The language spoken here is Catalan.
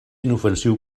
inofensiu